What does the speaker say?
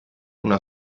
una